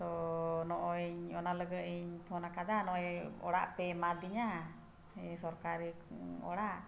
ᱛᱚ ᱱᱚᱜᱼᱚᱭ ᱚᱱᱟ ᱞᱟᱹᱜᱤᱫ ᱤᱧ ᱯᱷᱳᱱᱟᱠᱟᱫᱟ ᱱᱚᱜᱼᱚᱭ ᱚᱲᱟᱜ ᱯᱮ ᱮᱢᱟᱫᱤᱧᱟᱹ ᱥᱚᱨᱠᱟᱨᱤ ᱚᱲᱟᱜ